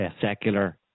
secular